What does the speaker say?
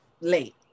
late